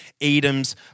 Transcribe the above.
Edom's